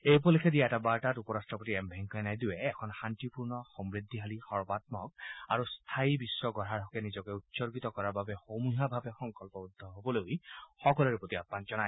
এই উপলক্ষে দিয়া এটা বাৰ্তাত উপ ৰাট্টপতি এম ভেংকায়া নাইডুৰে এখন শান্তিপূৰ্ণ সমদ্ধিশালী সৰ্বাম্মক আৰু স্থায়ী বিশ্ব গঢ়াৰ হকে নিজকে উৎসৰ্গত কৰাৰ বাবে সমূহীয়াভাৱে সংকল্পবদ্ধ হবলৈ সকলোৰে প্ৰতি আহান জনায়